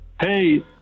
Hey